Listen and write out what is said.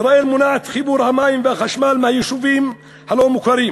ישראל מונעת חיבור המים והחשמל מהיישובים הלא-מוכרים,